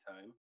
time